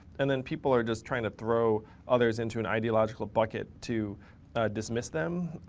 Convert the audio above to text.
and then people are just trying to throw others into an ideological bucket to dismiss them.